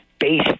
base